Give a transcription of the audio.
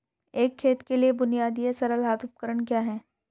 एक खेत के लिए बुनियादी या सरल हाथ उपकरण क्या हैं?